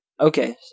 Okay